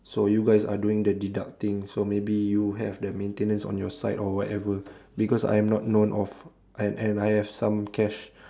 so you guys are doing the deducting so maybe you have the maintenance on your side or whatever because I am not known of and I have some cash